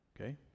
Okay